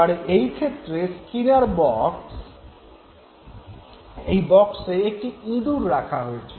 এবারে এই ক্ষেত্রে স্কিনার বক্সে একটি ইঁদুর রাখা হয়েছিল